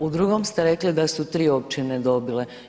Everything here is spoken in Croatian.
U drugom ste rekli da su 3 općine dobile.